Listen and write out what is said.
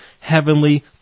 heavenly